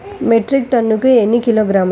Metric టన్నుకు ఎన్ని కిలోగ్రాములు?